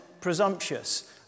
presumptuous